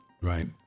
Right